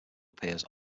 appears